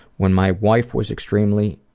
when my wife was extremely